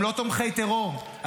הם לא תומכי טרור,